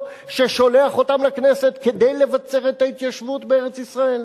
ששולח אותם לכנסת כדי לבצר את ההתיישבות בארץ-ישראל?